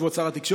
כבוד שר התקשורת,